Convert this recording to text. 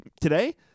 today